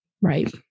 Right